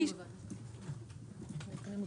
זה לגמרי בסדר.